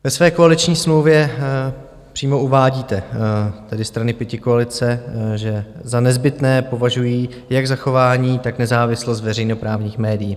Ve své koaliční smlouvě přímo uvádíte, tedy strany pětikoalice, že za nezbytné považují jak zachování, tak nezávislost veřejnoprávních médií.